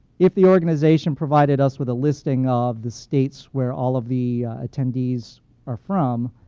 if the organization provided us with a listing of the states where all of the attendees are from,